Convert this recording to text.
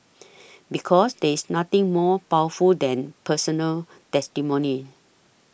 because there is nothing more powerful than personal testimony